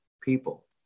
people